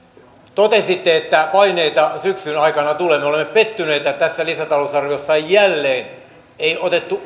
totesitte että paineita syksyn aikana tulee me olemme pettyneitä että tässä lisätalousarviossa ei